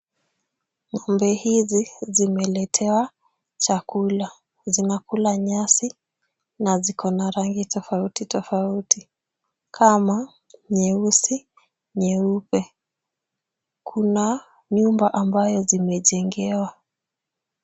Ng'ombe hizi zimeletewa chakula. Zinakula nyasi na ziko na rangi tofauti tofauti kama nyeusi, nyeupe. Kuna nyumba ambayo zimejengewa.